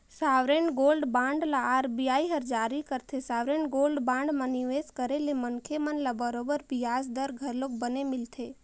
sovereign gold bond ल RBI हर जारी करथे, सॉवरेन गोल्ड बांड म निवेस करे ले मनखे मन ल बरोबर बियाज दर घलोक बने मिलथे